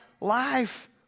life